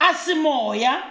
Asimoya